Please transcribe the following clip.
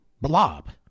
blob